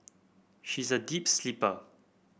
she is a deep sleeper